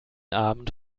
abend